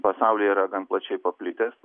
pasaulyje yra gan plačiai paplitęs